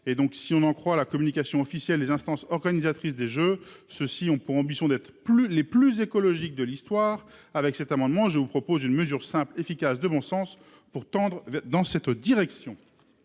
si on en croit la communication officielle les instances organisatrices des Jeux. Ceux-ci ont pour ambition d'être plus les plus écologiques de l'histoire avec cet amendement, je vous propose une mesure simple, efficace de bon sens pour tendre dans cette direction.